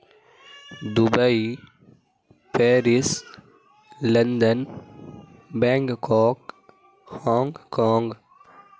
Dubai Paris London Bangkok Hong Kong